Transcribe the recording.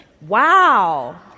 Wow